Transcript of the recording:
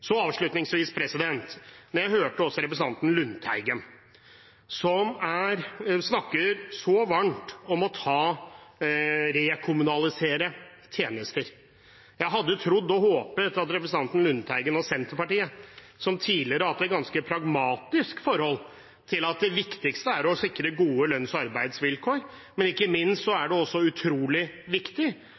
Jeg hørte også representanten Lundteigen snakke varmt om å rekommunalisere tjenester. Jeg hadde trodd og håpet at for representanten Lundteigen og Senterpartiet, som tidligere har hatt et ganske pragmatisk forhold til dette, er det viktigste å sikre gode lønns- og arbeidsvilkår, og ikke minst er det utrolig viktig